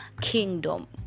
kingdom